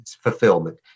fulfillment